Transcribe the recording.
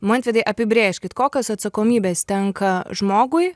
mantvidai apibrėžkit kokios atsakomybės tenka žmogui